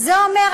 זה אומר,